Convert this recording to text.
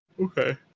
Okay